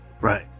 Right